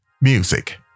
Music